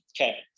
okay